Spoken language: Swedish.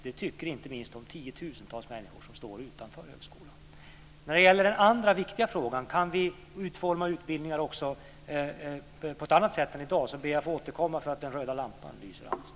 Det tycker inte minst de tiotusentals människor som står utanför högskolan. När det gäller den andra viktiga frågan, om vi kan utforma utbildningar också på ett annat sätt än i dag, så ber jag att få återkomma, eftersom min talartid nu är slut.